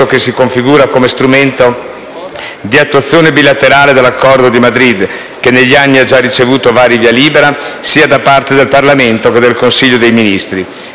che si configura come strumento di attuazione bilaterale dell'Accordo di Madrid, che negli anni ha già ricevuto vari via libera sia da parte del Parlamento che del Consiglio dei ministri),